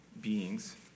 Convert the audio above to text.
beings